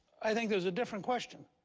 i think there's a different question.